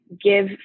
give